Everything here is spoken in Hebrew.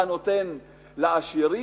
אתה נותן לעשירים,